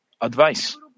advice